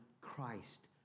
Christ